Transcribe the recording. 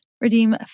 Redeem